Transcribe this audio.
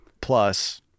plus